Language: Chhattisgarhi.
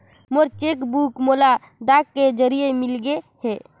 मोर चेक बुक मोला डाक के जरिए मिलगे हे